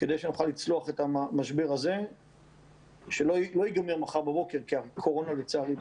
כדי שנוכל לצלוח את המשבר הזה שלא ייגמר מחר בבוקר כי הקורונה לצערי,